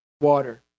water